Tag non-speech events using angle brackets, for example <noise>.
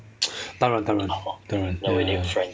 <noise> 当然当然当然 ya